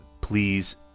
please